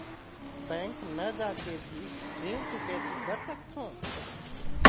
Bank न जाके भी ऋण चुकैती कर सकथों?